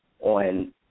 on